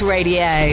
Radio